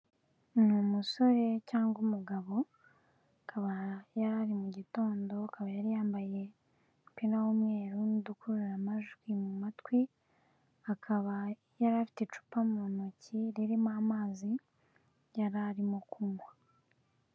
Ni umusore cyangwa umugabo, akaba yari ari mu gitondo, akaba yari yambaye umupira w'umweru, n'udukururamajwi mu matwi, akaba yari afite icupa mu ntoki ririmo amazi, yari arimo kunywa.